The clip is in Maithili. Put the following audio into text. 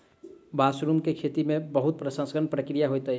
मशरूम के खेती के बहुत प्रसंस्करण प्रक्रिया होइत अछि